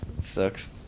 sucks